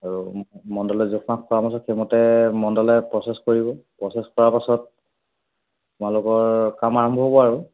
আৰু মণ্ডলে জোখ মাখ পাছত সেইমতে মণ্ডলে প্ৰ'চেছ কৰিব প্ৰ'চেছ কৰাৰ পাছত তোমালোকৰ কাম আৰম্ভ হ'ব আৰু